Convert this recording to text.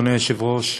אדוני היושב-ראש,